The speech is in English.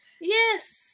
Yes